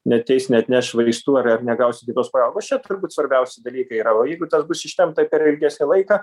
neateis neatneš vaistų ar ar negausit kitos pagalbos čia turbūt svarbiausi dalykai yra o jeigu tas bus ištempta per ilgesnį laiką